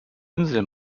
insel